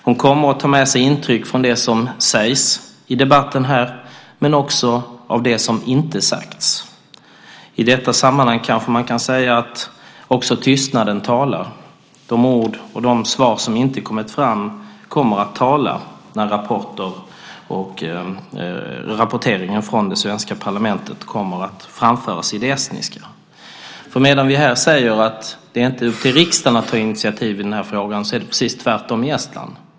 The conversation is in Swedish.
Hon kommer att ta med sig intryck från det som sägs i debatten här, men också av det som inte sagts. I detta sammanhang kanske man kan säga att också tystnaden talar. De ord och de svar som inte kommer fram kommer att tala när rapporteringen från det svenska parlamentet kommer att framföras i det estniska. Medan vi här säger att det inte är upp till riksdagen att ta initiativ i den här frågan är det precis tvärtom i Estland.